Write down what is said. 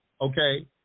okay